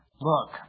look